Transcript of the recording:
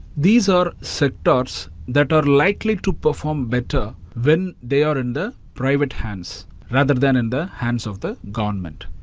these are sectors that are likely to perform better when they are in the private hands rather than in the hands of the government.